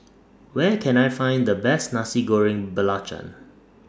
Where Can I Find The Best Nasi Goreng Belacan